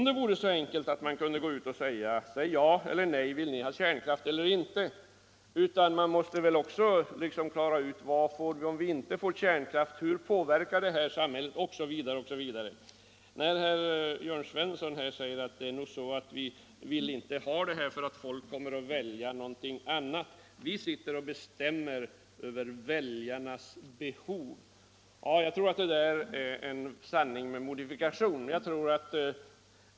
Det är inte så enkelt att man bara kan säga ja eller nej till frågan: Vill ni ha kärnkraft eller inte? Det måste väl också klaras ut vad vi får om vi inte får kärnkraft, hur det påverkar samhället osv. Jörn Svensson säger att vi inte vill ha en folkomröstning därför att folk då kommer att välja ett annat alternativ än vårt — vi skulle sitta och bestämma över väljarnas behov. Jag tror att detta är en sanning med modifikation.